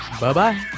bye-bye